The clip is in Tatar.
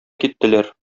киттеләр